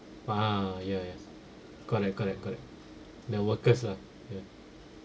ah ya ya correct correct correct the workers lah ya